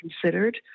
considered